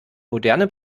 moderne